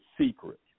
secret